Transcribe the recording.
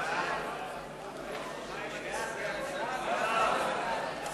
ההצעה להעביר את הנושא לוועדת החוקה,